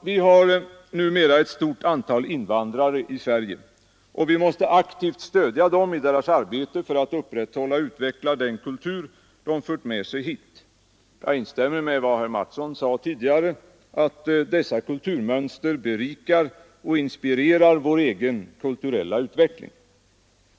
Vi har numera ett stort antal invandrare i Sverige, och vi måste aktivt stödja dem i deras arbete för att upprätthålla och utveckla den kultur de fört med sig hit. Jag instämmer i vad herr Mattsson i Lane-Herrestad sade tidigare, nämligen att dessa kulturmönster berikar och inspirerar vår egen kulturella utveckling.